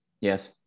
Yes